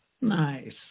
Nice